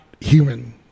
human